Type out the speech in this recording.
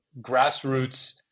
grassroots